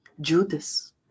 Judas